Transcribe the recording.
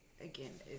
again